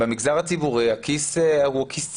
במגזר הציבורי הכיס הוא הכיס הציבורי.